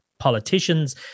politicians